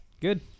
Good